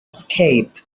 escaped